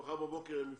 שמחר בבוקר הם יפרשו.